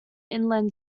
inland